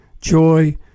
joy